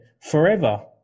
forever